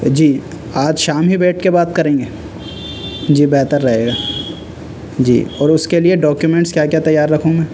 جی آج شام ہی بیٹھ کے بات کریں گے جی بہتر رہے گا جی اور اس کے لیے ڈاکومینٹس کیا کیا تیار رکھوں میں